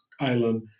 island